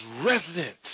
resident